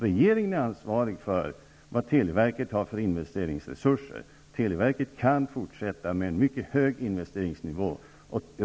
Regeringen är ansvarig för vad televerket har för investeringsresurser. Televerket kan fortsätta att arbeta på en mycket hög investeringsnivå.